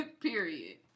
Period